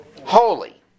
holy